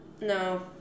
No